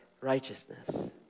righteousness